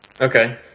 Okay